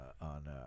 on